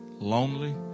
lonely